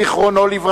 ז"ל,